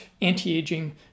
anti-aging